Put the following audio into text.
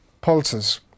pulses